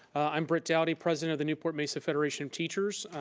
i'm britt dowdy, president of the newport mesa federation of teachers.